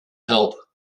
help